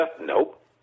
Nope